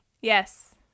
Yes